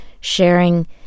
sharing